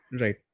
right